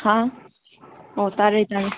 ꯍꯥ ꯑꯥ ꯇꯥꯔꯦ ꯇꯥꯔꯦ